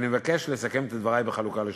אני מבקש לסכם את דברי בחלוקה לשניים: